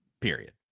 period